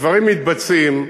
הדברים מתבצעים.